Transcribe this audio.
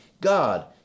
God